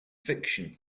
fiction